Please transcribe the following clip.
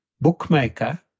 bookmaker